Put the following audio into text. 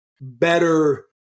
better